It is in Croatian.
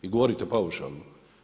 I govorite paušalno.